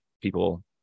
people